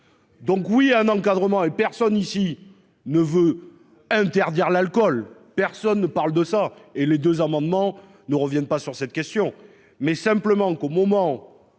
Donc oui un encadrement et personne ici ne veut interdire l'alcool. Personne ne parle de ça et les deux amendements ne reviennent pas sur cette question mais simplement qu'au moment.